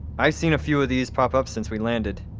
i've seen a few of these pop up since we landed.